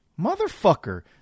Motherfucker